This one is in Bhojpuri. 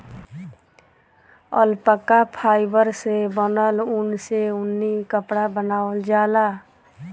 अल्पका फाइबर से बनल ऊन से ऊनी कपड़ा बनावल जाला